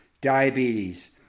diabetes